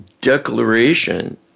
declaration